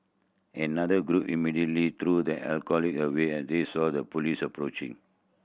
another group immediately threw the alcohol away as they saw the police approaching